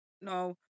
no